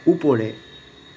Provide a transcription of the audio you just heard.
উপরে